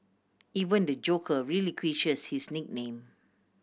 even the Joker relinquishes his nickname